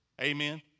Amen